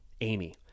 Amy